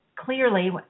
Clearly